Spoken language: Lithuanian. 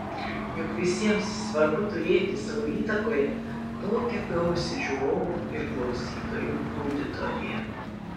juk visiems svarbu turėti savo įtakoje tokią gausią žiūrovų ir klausytojų auditoriją